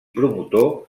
promotor